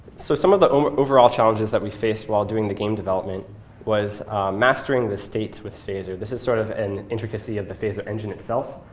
so some of the um overall challenges that we faced while doing the game development was mastering the states with phaser. this is sort of an intricacy of the phaser engine itself,